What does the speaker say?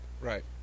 Right